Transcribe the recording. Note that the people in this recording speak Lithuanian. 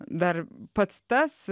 dar pats tas